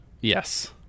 Yes